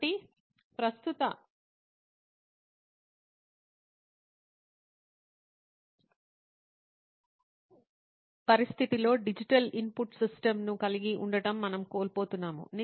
కాబట్టి ప్రస్తుత పరిస్థితిలో డిజిటల్ ఇన్పుట్ సిస్టమ్ను కలిగి ఉండటం మనం కోల్పోతున్నాము